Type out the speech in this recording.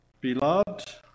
Beloved